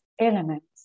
elements